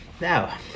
Now